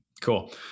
Cool